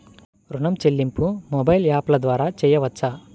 ఋణం చెల్లింపు మొబైల్ యాప్ల ద్వార చేయవచ్చా?